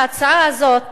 ההצעה הזאת